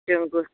जोंबो